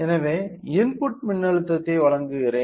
எனவே இன்புட் மின்னழுத்தத்தை வழங்குகிறேன்